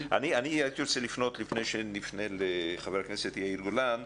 לפני שנפנה לחבר הכנסת יאיר גולן,